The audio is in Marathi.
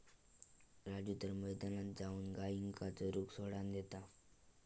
राजू तर मैदानात जाऊन गायींका चरूक सोडान देता